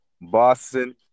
Boston